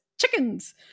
chickens